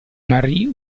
marie